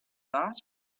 that